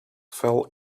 fell